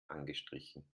angestrichen